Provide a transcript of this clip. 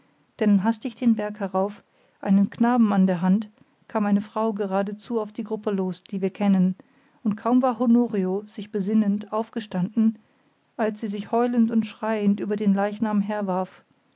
denn hastig den berg herauf einen knaben an der hand kam eine frau geradezu auf die gruppe los die wir kennen und kaum war honorio sich besinnend aufgestanden als sie sich heulend und schreiend über den leichnam herwarf